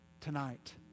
tonight